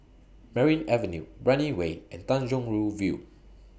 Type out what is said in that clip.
Merryn Avenue Brani Way and Tanjong Rhu View